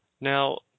Now